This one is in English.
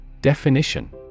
Definition